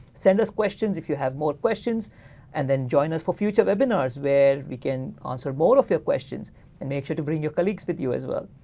send us questions if you have more questions and then join us for future webinars where we can answer more of your questions and make sure to bring your colleagues with you as well.